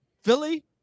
Philly